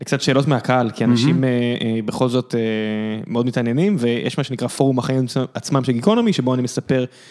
קצת שאלות מהקהל, כי אנשים בכל זאת מאוד מתעניינים ויש מה שנקרא פורום החיים עצמם של גיקונומי, שבו אני מספר...